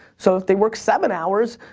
so if they work seven hours,